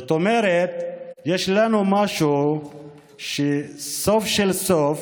זאת אומרת, יש לנו סוף כל סוף